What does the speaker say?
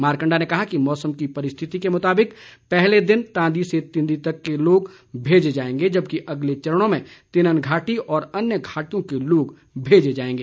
मारकंडा ने कहा कि मौसम की परिस्थिति के मुताबिक पहले दिन तांदी से तिंदी तक के लोग भेजे जाएंगे जबकि अगले चरणों में तिबन घाटी और अन्य घाटियों के लोग भेजें जाएंगे